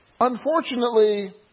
Unfortunately